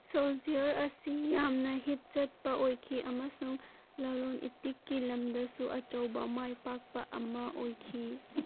soldier ꯑꯁꯤ ꯌꯥꯝꯅ ꯍꯤꯠ ꯆꯠꯄ ꯑꯣꯏꯈꯤ ꯑꯃꯁꯨꯡ ꯂꯂꯣꯟ ꯏꯇꯤꯛꯀꯤ ꯂꯝꯗꯁꯨ ꯑꯆꯧꯕ ꯃꯥꯏ ꯄꯥꯛꯄ ꯑꯃ ꯑꯣꯏꯈꯤ